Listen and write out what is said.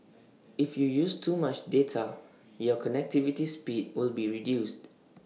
if you use too much data your connectivities speed will be reduced